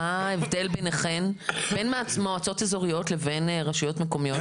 מה ההבדל בין מועצות אזוריות לבין רשויות מקומיות?